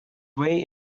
way